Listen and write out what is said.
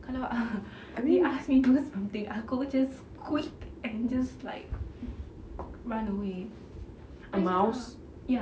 kalau they ask me do something aku just push and just like run away !aiya! ya